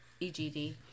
EGD